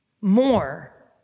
more